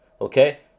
okay